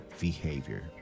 behavior